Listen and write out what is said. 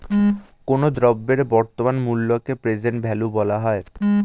কোনো দ্রব্যের বর্তমান মূল্যকে প্রেজেন্ট ভ্যালু বলা হয়